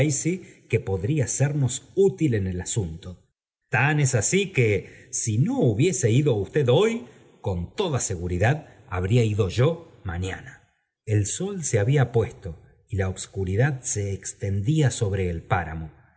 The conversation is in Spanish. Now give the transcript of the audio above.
que podría sernos útil en el asunto tan es así que si no hubiese ido usted hoy con toda seguridad habría ido yo mañana el sol se había puesto y la obscuridad se exten i día sobre el páramo